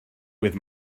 with